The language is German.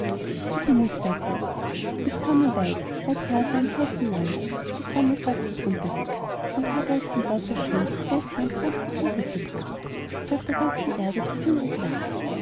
da bin ich sagte er ich komme weit weit her aus einem heißen lande wo die sonne fast nicht untergeht und habe euch von dort das schönste beste und frömmste kind mitgebracht das auf der ganzen erde zu finden war